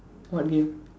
what game